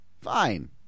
Fine